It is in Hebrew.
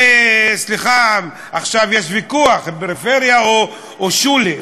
סליחה, עכשיו יש ויכוח: פריפריה או שולי.